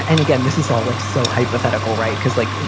and again, this is all like so hypothetical, right. because, like,